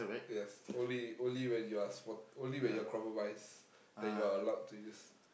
yes only only when you are spot~ only when you are compromise then you are allowed to use